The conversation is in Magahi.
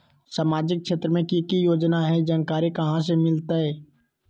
सामाजिक क्षेत्र मे कि की योजना है जानकारी कहाँ से मिलतै?